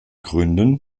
gründen